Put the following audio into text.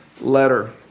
letter